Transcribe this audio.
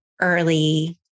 early